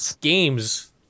games